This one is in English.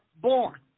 born